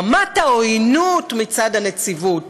רמת העוינות מצד הנציבות